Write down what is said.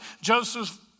Joseph